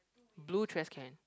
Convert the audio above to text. blue trashcan